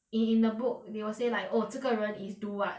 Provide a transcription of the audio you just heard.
in the book they will say like oh 这个人 is do what